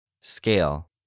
Scale